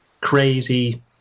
crazy